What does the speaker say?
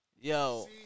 Yo